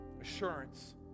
assurance